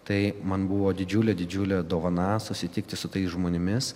tai man buvo didžiulė didžiulė dovana susitikti su tais žmonėmis